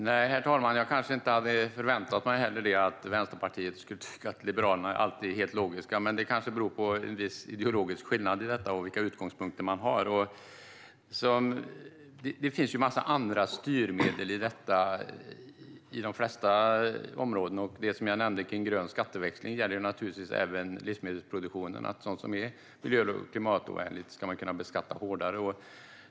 Herr talman! Jag hade nog inte förväntat mig att Vänsterpartiet skulle tycka att Liberalerna alltid är helt logiska, men det beror kanske på en viss ideologisk skillnad i detta och vilka utgångspunkter man har. Det finns ju en massa andra styrmedel i detta, på de flesta områden. Det jag nämnde om grön skatteväxling gäller naturligtvis även livsmedelsproduktionen. Sådant som är miljö och klimatovänligt ska man kunna beskatta hårdare.